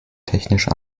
technische